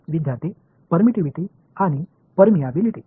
विद्यार्थीः परमिटिविटी आणि पर्मियबिलिटी